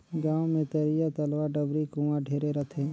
गांव मे तरिया, तलवा, डबरी, कुआँ ढेरे रथें